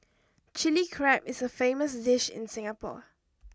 chilli crab is a famous dish in Singapore